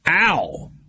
Ow